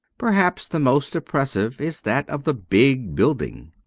perhaps the most oppressive is that of the big building.